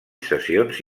sessions